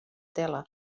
tela